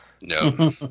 No